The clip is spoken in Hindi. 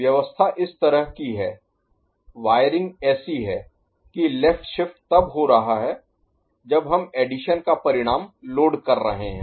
व्यवस्था इस तरह की है वायरिंग ऐसी है कि लेफ्ट शिफ्ट तब हो रहा है जब हम एडिशन का परिणाम लोड कर रहे हैं